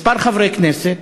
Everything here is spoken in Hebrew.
כמה חברי כנסת,